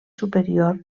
superior